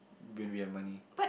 when we have money